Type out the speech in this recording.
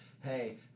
hey